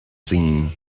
scene